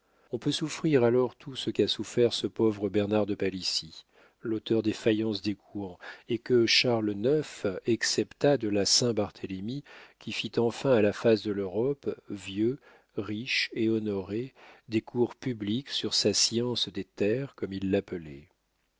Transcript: on peut souffrir alors tout ce qu'a souffert ce pauvre bernard de palissy l'auteur des faïences d'écouen et que charles ix excepta de la saint-barthélemy qui fit enfin à la face de l'europe vieux riche et honoré des cours publics sur sa science des terres comme il l'appelait